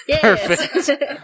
Perfect